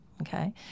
okay